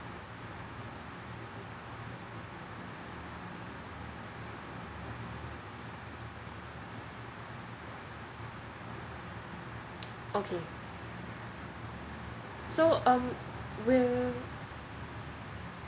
okay so um will